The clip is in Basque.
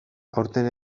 aurten